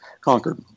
conquered